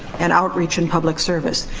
and outreach and public service.